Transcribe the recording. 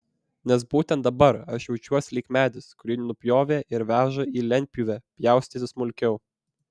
nes būtent dabar aš jaučiuos lyg medis kurį nupjovė ir veža į lentpjūvę pjaustyti smulkiau